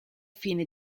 fine